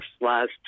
last